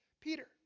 Peter